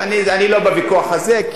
אני לא בוויכוח הזה,